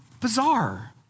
Bizarre